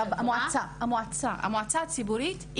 המועצה הציבורית.